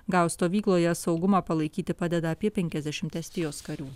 gaus stovykloje saugumą palaikyti padeda apie penkiasdešim estijos karių